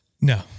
No